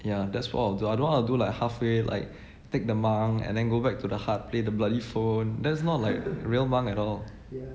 ya that's what I'll do I don't want to do like halfway like take the monk and then go back to the hut play the bloody phone that's not like real monk at all